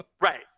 Right